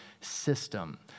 system